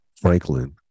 Franklin